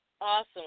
Awesome